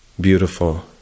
beautiful